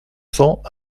cents